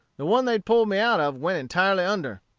the one they pull'd me out of went entirely under,